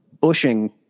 bushing